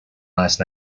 last